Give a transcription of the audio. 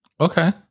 Okay